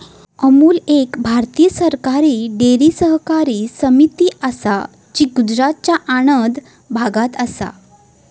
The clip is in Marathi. अमूल एक भारतीय सरकारी डेअरी सहकारी समिती असा जी गुजरातच्या आणंद भागात असा